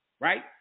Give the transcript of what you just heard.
right